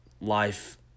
life